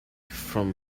from